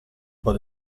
but